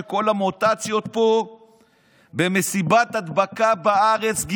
כשכל המוטציות פה במסיבת הדבקה בארץ,